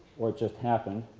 or it just happened.